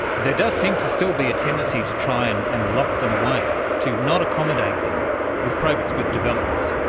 there does seem to still be a tendency to try and and lock them away, to not accommodate them with progress, with developments.